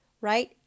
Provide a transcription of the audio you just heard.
right